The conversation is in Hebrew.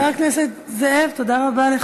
חבר הכנסת זאב, תודה רבה לך.